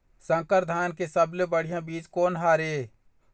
संकर धान के सबले बढ़िया बीज कोन हर ये?